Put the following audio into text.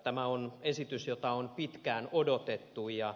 tämä on esitys jota on pitkään odotettu